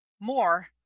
more